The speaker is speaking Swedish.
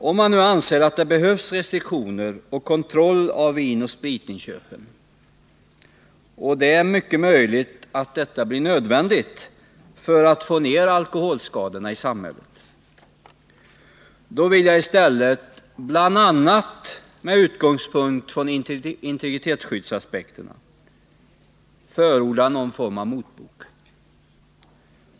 Om man anser att det behövs restriktioner och kontroll av vinoch spritinköpen — och det är mycket möjligt att sådana åtgärder blir nödvändiga för att man skall kunna minska alkoholskadorna i samhället — då vill jag bl.a. med hänsyn till integritetsskyddsaspekterna i stället förorda någon form av motbok.